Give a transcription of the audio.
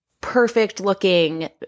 perfect-looking